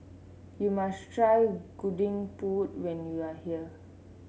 you must try Gudeg Putih when you are here